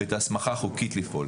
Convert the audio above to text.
ואת ההסמכה החוקית לפעול.